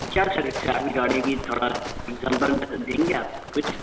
کیا سروس ہے آپ کی گاڑی کی تھوڑا ایگزامپل مطلب دیں گے آپ کچھ